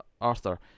arthur